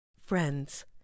Friends